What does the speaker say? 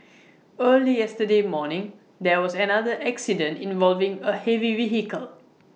early yesterday morning there was an another accident involving A heavy vehicle